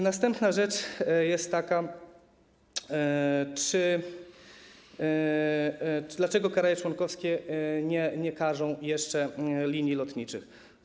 Następna rzecz jest taka, dlaczego kraje członkowskie nie karzą jeszcze linii lotniczych.